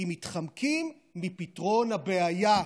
כי מתחמקים מפתרון הבעיה.